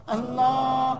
Allah